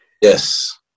Yes